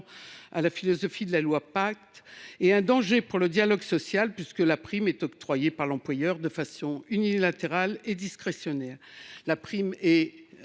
à la philosophie de la loi Pacte et fait peser un danger sur le dialogue social, puisque la prime est octroyée par l’employeur de façon unilatérale et discrétionnaire. La prime est